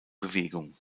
bewegung